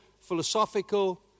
philosophical